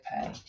pay